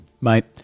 Mate